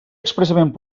expressament